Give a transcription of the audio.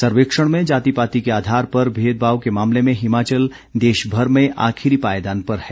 सर्वेक्षण में जाति पाति के आधार पर भेदभाव के मामले में हिमाचल देशभर में आखिरी पायेदान पर है